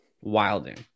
Wilding